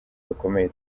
rukomeye